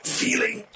feeling